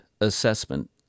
assessment